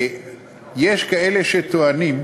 יש כאלה שטוענים,